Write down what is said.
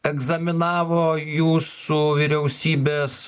egzaminavo jūsų vyriausybės